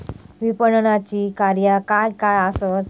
विपणनाची कार्या काय काय आसत?